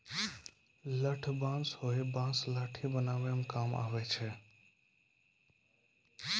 लठ बांस हैय बांस लाठी बनावै म काम आबै छै